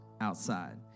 outside